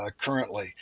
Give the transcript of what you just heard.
currently